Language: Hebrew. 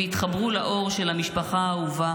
והתחברו לאור של המשפחה האהובה